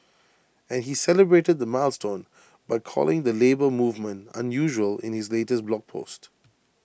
and he celebrated the milestone by calling the Labour Movement unusual in his latest blog post